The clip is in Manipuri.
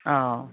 ꯑꯧ